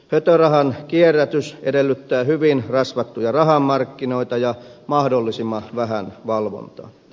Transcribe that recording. hötörahan kierrätys edellyttää hyvin rasvattuja rahamarkkinoita ja mahdollisimman vähän valvontaa